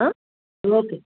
हां ओके